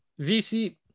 VC